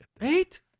eight